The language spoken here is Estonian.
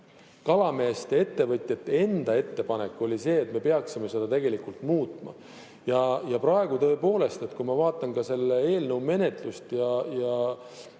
kalameeste ja ettevõtjate ettepanek oli see, et me peaksime seda muutma. Ja praegu, tõepoolest, kui ma vaatan selle eelnõu menetlust ja